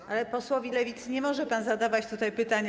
Ale posłowi Lewicy nie może pan zadawać pytania.